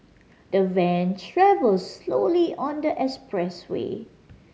the van travelled slowly on the expressway